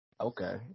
Okay